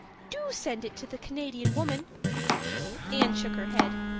do send it to the canadian woman anne shook her head.